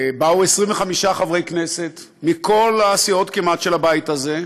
באו 25 חברי כנסת, כמעט מכל הסיעות של הבית הזה,